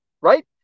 right